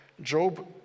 Job